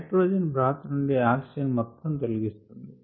nitrogen broth నుండి oxygen మొత్తం తొలగిస్తుంది